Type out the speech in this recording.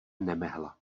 nemehla